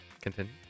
Continue